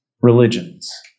religions